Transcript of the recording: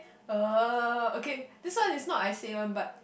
uh okay this one is not I say one but